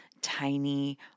tiny